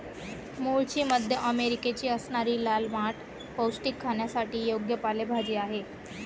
मूळची मध्य अमेरिकेची असणारी लाल माठ पौष्टिक, खाण्यासाठी योग्य पालेभाजी आहे